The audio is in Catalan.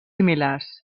similars